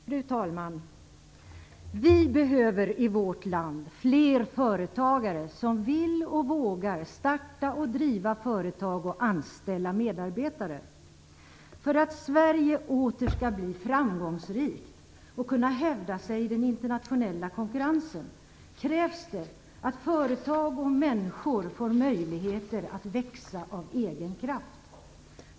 Fru talman! Vi behöver i vårt land fler företagare som vill och vågar starta och driva företag samt anställa medarbetare. För att Sverige åter skall bli framgångsrikt och kunna hävda sig i den internationella konkurrensen krävs det att företag och människor får möjligheter att växa av egen kraft.